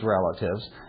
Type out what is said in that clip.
relatives